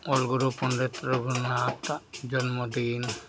ᱚᱞᱜᱩᱨᱩ ᱯᱚᱱᱰᱤᱛ ᱨᱚᱜᱷᱩᱱᱟᱛᱷᱟᱜ ᱡᱚᱱᱢᱚ ᱫᱤᱱ